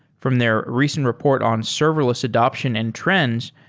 from their recent report on serverless adaption and trends,